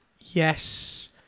Yes